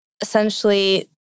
essentially